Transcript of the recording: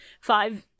five